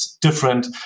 different